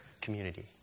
community